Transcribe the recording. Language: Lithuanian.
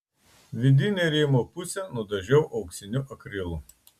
vidinę rėmo pusę nudažiau auksiniu akrilu